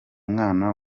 mwana